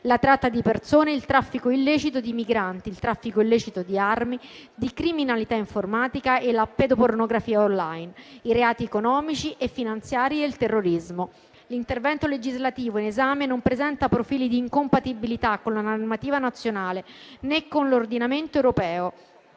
la tratta di persone e il traffico illecito di migranti, nonché di armi, la criminalità informatica e la pedopornografia *online*, i reati economici e finanziari e il terrorismo. L'intervento legislativo in esame non presenta profili di incompatibilità con la normativa nazionale, né con l'ordinamento europeo